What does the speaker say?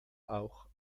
auch